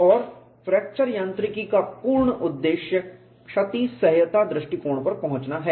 और फ्रैक्चर यांत्रिकी का पूर्ण उद्देश्य क्षति सह्यता दृष्टिकोण पर पहुंचना है